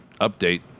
Update